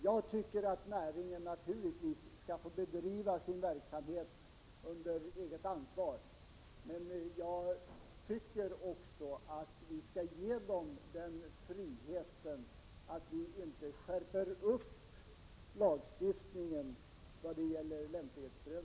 Jag tycker att näringen naturligtvis skall få bedriva sin verksamhet under eget ansvar. Men jag tycker också att vi skall medge den friheten och inte skärpa lagstiftningen vad gäller lämplighetsprövningen.